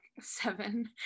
seven